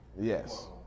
Yes